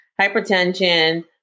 hypertension